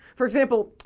for example.